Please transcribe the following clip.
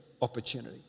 opportunity